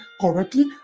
correctly